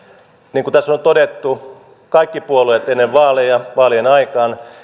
niin kuin tässä on todettu kaikki puolueet ennen vaaleja vaalien aikaan